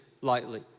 lightly